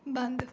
ਬੰਦ